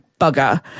bugger